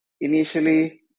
initially